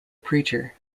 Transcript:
preacher